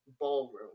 ballroom